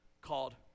called